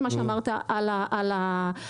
לגבי מה שאמרת על המחירים.